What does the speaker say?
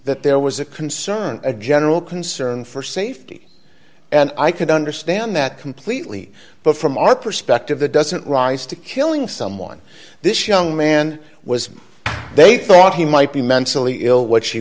that there was a concern a general concern for safety and i could understand that completely but from our perspective the doesn't rise to killing someone this young man was they thought he might be mentally ill what she